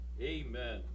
Amen